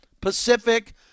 Pacific